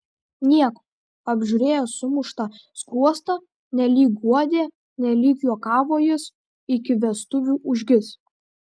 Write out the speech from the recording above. nieko apžiūrėjęs sumuštą skruostą nelyg guodė nelyg juokavo jis iki vestuvių užgis